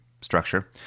structure